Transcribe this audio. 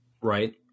Right